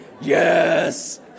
Yes